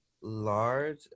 large